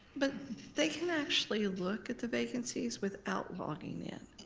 but they can actually look at the vacancies without logging in.